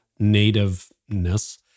nativeness